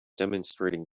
demonstrating